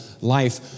life